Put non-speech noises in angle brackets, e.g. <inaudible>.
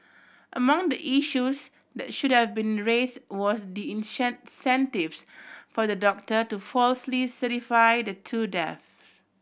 among the issues that should have been raise was the <unintelligible> for the doctor to falsely certify the two death